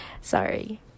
Sorry